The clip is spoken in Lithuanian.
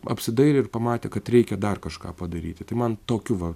apsidairė ir pamatė kad reikia dar kažką padaryti tai man tokiu va